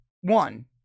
One